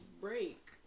break